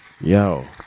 Yo